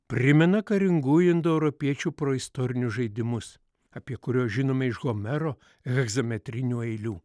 primena karingųjų indoeuropiečių proistorinius žaidimus apie kuriuos žinome iš homero hegzemetrinių eilių